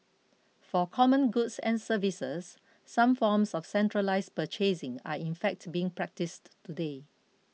for common goods and services some forms of centralised purchasing are in fact being practised today